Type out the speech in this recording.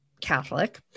Catholic